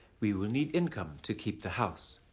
we will need income to keep the house.